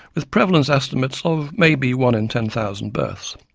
with prevalence estimates of maybe one in ten thousand births.